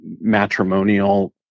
matrimonial